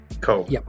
Cool